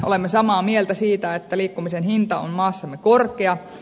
olemme samaa mieltä siitä että liikkumisen hinta on maassamme korkea